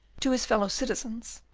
to his fellow citizens,